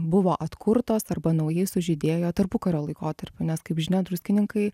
buvo atkurtos arba naujai sužydėjo tarpukario laikotarpiu nes kaip žinia druskininkai